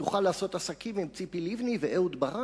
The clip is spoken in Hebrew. תוכל לעשות עסקים עם ציפי לבני ואהוד ברק.